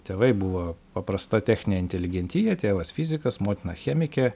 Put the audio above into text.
tėvai buvo paprasta techninė inteligentija tėvas fizikas motina chemikė